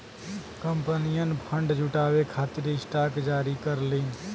कंपनियन फंड जुटावे खातिर स्टॉक जारी करलीन